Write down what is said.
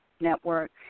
network